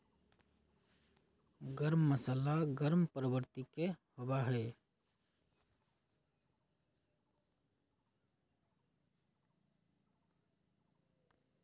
गर्म मसाला गर्म प्रवृत्ति के होबा हई